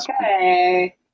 Okay